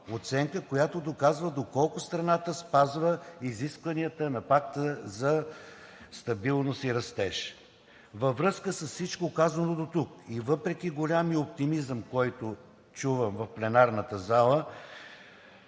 оценка, която доказва доколко страната спазва изискванията на Пакта за стабилност и растеж. Във връзка с всичко казано дотук и въпреки големия оптимизъм, който чувам в пленарната зала,